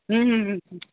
হুম হুম হুম হুম